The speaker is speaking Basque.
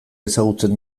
ezagutzen